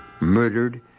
murdered